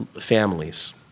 families